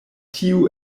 tiu